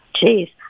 Jeez